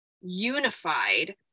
unified